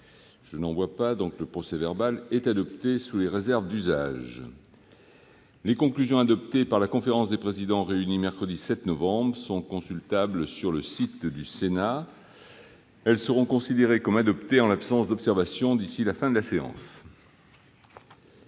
d'observation ?... Le procès-verbal est adopté sous les réserves d'usage. Les conclusions adoptées par la conférence des présidents réunie hier, mercredi 7 novembre, sont consultables sur le site du Sénat. Elles seront considérées comme adoptées en l'absence d'observations d'ici à la fin de la séance.-